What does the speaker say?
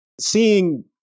seeing